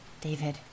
David